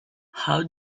how